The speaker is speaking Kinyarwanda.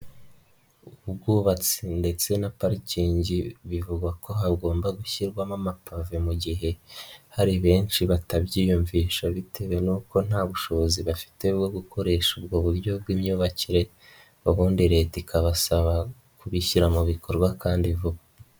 Ubwubatsi ndetse na parikingi bivugwa ko hagomba gushyirwamo amapave mu gihe hari benshi batabyiyumvisha bitewe n'uko nta bushobozi bafite bwo gukoresha ubwo buryo bw'imyubakire, ubundi Leta ikabasaba kubishyira mu bikorwa kandi vuba.